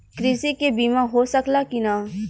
कृषि के बिमा हो सकला की ना?